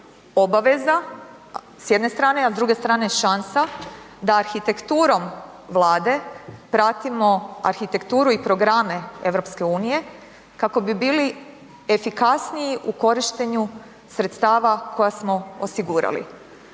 obaveza s jedne strane a s druge strane šansa da arhitekturom Vlade, pratimo arhitekturu i programe EU-a kako bi bili efikasniji u korištenju sredstava koja smo osigurali.